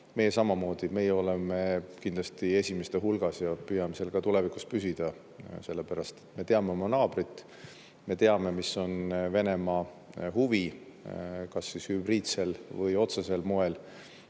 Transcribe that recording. Meie samamoodi, meie oleme kindlasti esimeste hulgas ja püüame seal ka tulevikus püsida, sellepärast et me teame oma naabrit, me teame, mis on Venemaa huvi kas hübriidsel või otsesel moel